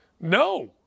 No